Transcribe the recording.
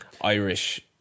Irish